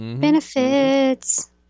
Benefits